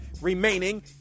remaining